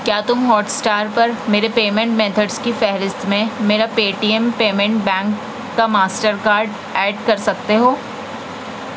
کیا تم Hotstar پر میرے پیمینٹ میتھڈز کی فہرست میں میرا Paytm payment bank کا ماسٹر کارڈ ایڈ کر سکتے ہو